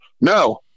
no